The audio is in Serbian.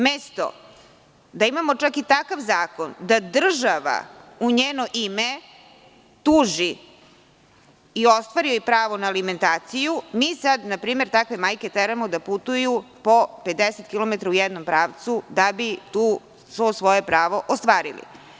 Umesto da imamo čak i takav zakon da država u njeno ime tuži i ostvari joj pravo na alimentaciju, mi sad, na primer, takve majke teramo da putuju po 50 kilometara u jednom pravcu, da bi to svoje pravo ostvarili.